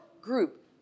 group